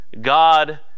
God